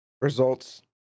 results